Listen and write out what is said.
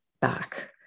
back